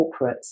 corporates